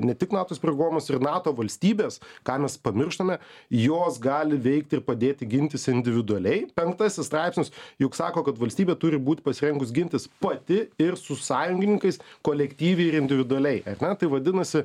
ne tik nato įsipareigojimus ir nato valstybes ką mes pamirštame jos gali veikti ir padėti gintis individualiai penktasis straipsnis juk sako kad valstybė turi būt pasirengus gintis pati ir su sąjungininkais kolektyviai ir individualiai ar ne tai vadinasi